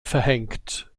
verhängt